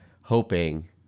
hoping